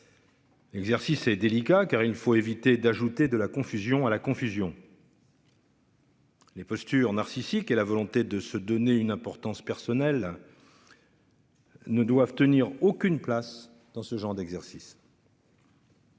L'exercice est délicat car il faut éviter d'ajouter de la confusion à la confusion. Les postures narcissique et la volonté de se donner une importance personnel. Ne doivent tenir aucune place dans ce genre d'exercice.